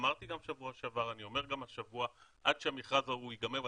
אמרתי גם בשבוע שעבר ואני אומר גם השבוע שעד שהמכרז ההוא ייגמר,